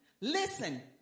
listen